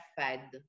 fed